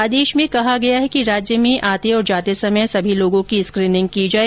आदेश में कहा गया है कि राज्य में आते और जाते समय सभी लोगों की स्क्रीनिंग की जाए